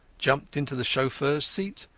jumped into the chauffeuras seat,